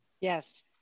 Yes